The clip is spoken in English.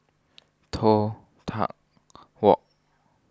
Toh Tuck Walk